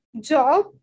job